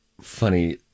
funny